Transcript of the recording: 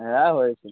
হ্যাঁ হয়েছে